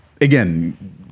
again